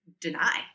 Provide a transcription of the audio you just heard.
deny